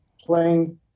playing